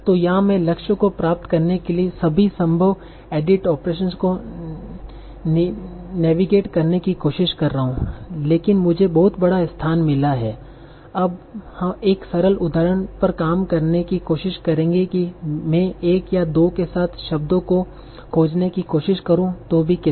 तो यहाँ मैं लक्ष्य को प्राप्त करने के लिए सभी संभव एडिट ओपरेसंस को नेविगेट करने की कोशिश कर रहा हूँ लेकिन मुझे बहुत बड़ा स्थान मिला है हम एक सरल उदाहरण पर काम करने की कोशिश करेंगे कि मैं एक या दो के साथ शब्दों को खोजने की कोशिश करूं तो भी कितने